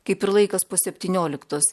kaip ir laikas po septynioliktos